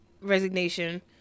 resignation